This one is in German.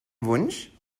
wunsch